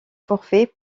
forfait